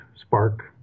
spark